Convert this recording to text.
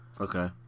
Okay